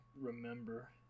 remember